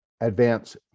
advance